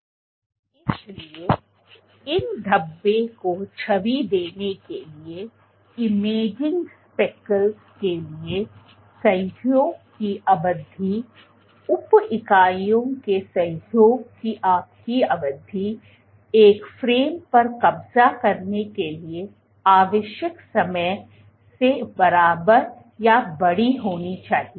इसलिए इन धब्बे को छवि देने के लिए इमेजिंग स्पेकलस के लिए सहयोग की अवधि उप इकाइयों के सहयोग की आपकी अवधि एक फ्रेम पर कब्जा करने के लिए आवश्यक समय से बराबर या बड़ी होनी चाहिए